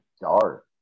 dark